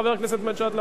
חבר הכנסת מג'אדלה?